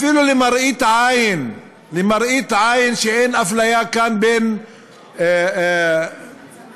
אפילו למראית עין שאין אפליה כאן בין אלה